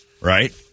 right